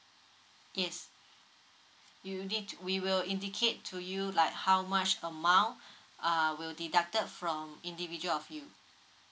yes you will need to we will indicate to you like how much amount uh will deducted from individual of you